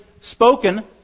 spoken